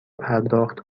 پرداخت